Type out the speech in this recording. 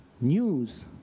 news